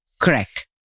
Correct